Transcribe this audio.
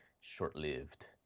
Short-lived